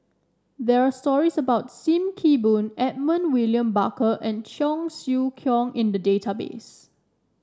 there are stories about Sim Kee Boon Edmund William Barker and Cheong Siew Keong in the database